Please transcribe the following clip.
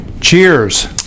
Cheers